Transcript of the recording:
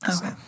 Okay